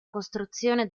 costruzione